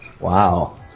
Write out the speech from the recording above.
Wow